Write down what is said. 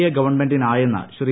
A ഗവൺമെന്റിനായെന്ന് ശ്രീ